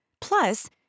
plus